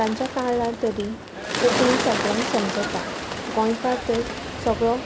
आतांच्या काळार तरी कोंकणी सगळ्यांक समजता गोंयकार तर सगळो